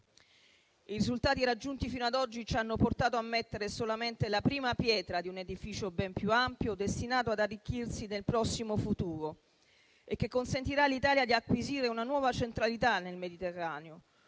I risultati raggiunti fino ad oggi ci hanno portato a mettere solamente la prima pietra di un edificio ben più ampio, destinato ad arricchirsi nel prossimo futuro, che consentirà all'Italia di acquisire una nuova centralità nel Mediterraneo,